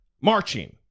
marching